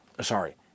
Sorry